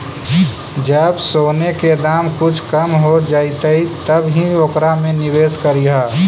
जब सोने के दाम कुछ कम हो जइतइ तब ही ओकरा में निवेश करियह